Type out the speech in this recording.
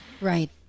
Right